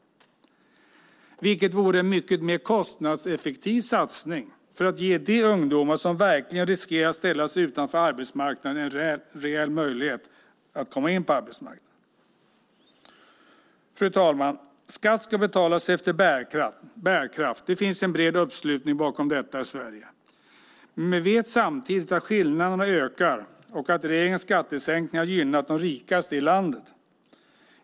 Det vore alltså en mycket mer kostnadseffektiv satsning för att ge de ungdomar som riskerar att ställas utanför arbetsmarknaden en reell möjlighet att komma in på arbetsmarknaden. Fru talman! Skatt ska betalas efter bärkraft. Det finns en bred uppslutning bakom detta i Sverige. Men vi vet samtidigt att skillnaderna ökar och att regeringens skattesänkningar har gynnat de rikaste i landet.